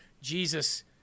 Jesus